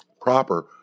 proper